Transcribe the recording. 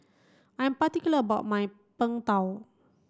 I'm particular about my Png Tao